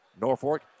Norfolk